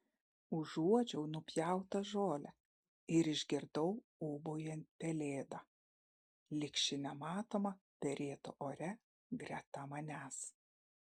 užuodžiau nupjautą žolę ir išgirdau ūbaujant pelėdą lyg ši nematoma perėtų ore greta manęs